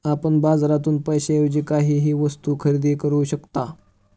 आपण बाजारातून पैशाएवजी काहीही वस्तु खरेदी करू शकता